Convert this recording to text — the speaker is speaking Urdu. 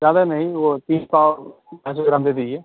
زیادہ نہیں وہ تین پاؤ پانچ سو گرام دے دیجیے